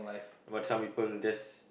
but some people just